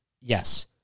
Yes